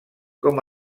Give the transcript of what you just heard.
com